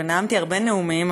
ונאמתי הרבה נאומים,